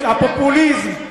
הפופוליזם,